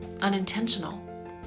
unintentional